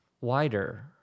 wider